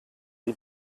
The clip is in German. die